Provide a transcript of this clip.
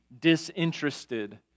disinterested